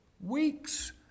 weeks